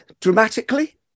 dramatically